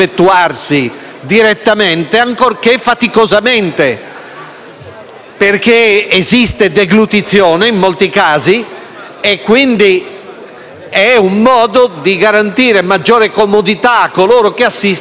perché esiste deglutizione in molti casi, quindi è un modo di garantire maggiore comodità a coloro che assistono e alla stessa persona che viene assistita. Ma in via teorica e